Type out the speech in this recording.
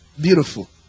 Beautiful